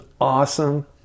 awesome